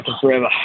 Forever